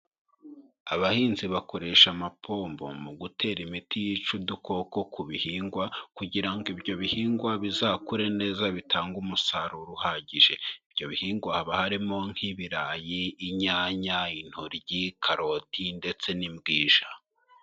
Abahinzi bakoresha amapombo mu gutera imiti yica udukoko ku bihingwa, kugira ngo ibyo bihingwa bizakure neza bitange umusaruro uhagije, ibyo bihingwa haba harimo nk'ibirayi, inyanya, intoryi, karoti ndetse n'ibwija.